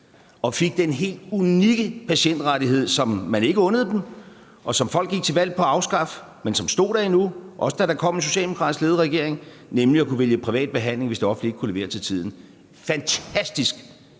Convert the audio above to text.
og fik den helt unikke patientrettighed, som man ikke undte dem, og som folk gik til valg på at afskaffe, men som endnu stod der, da der kom en socialdemokratisk ledet regering. Der stod nemlig, at man kunne vælge privat behandling, hvis det offentlige ikke kunne levere til tiden. Det